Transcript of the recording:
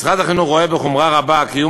משרד החינוך רואה בחומרה רבה קיום